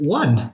one